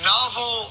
Novel